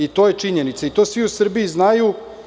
I to je činjenica i to svi u Srbiji znaju.